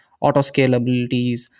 auto-scalabilities